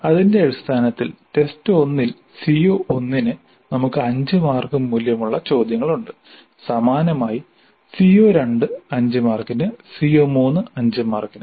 അതിന്റെ അടിസ്ഥാനത്തിൽ ടെസ്റ്റ് 1 ൽ CO1 ന് നമുക്ക് 5 മാർക്ക് മൂല്യമുള്ള ചോദ്യങ്ങളുണ്ട്സമാനമായി CO2 5 മാർക്കിന് CO3 5 മാർക്കിന്